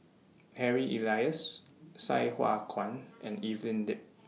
Harry Elias Sai Hua Kuan and Evelyn Lip